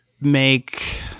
make